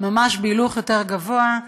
ממש בהילוך יותר גבוה,